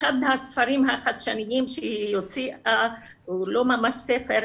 אחד הספרים החדשניים שהיא הוציאה הוא לא ממש ספר,